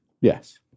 Yes